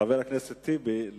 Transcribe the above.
חבר הכנסת טיבי,